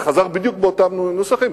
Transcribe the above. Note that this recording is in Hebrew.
זה חזר בדיוק באותם נוסחים,